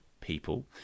people